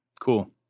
Cool